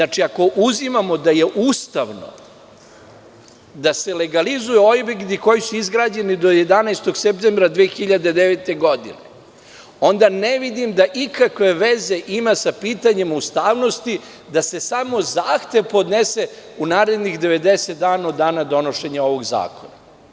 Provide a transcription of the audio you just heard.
Ako uzimamo da je ustavno da se legalizuju objekti koji su izgrađeni do 11. septembra 2009. godine, onda ne vidim da ikakve veze ima sa pitanjem ustavnosti da se samo zahtev podnese u narednih 90 dana od dana donošenja ovog zakona.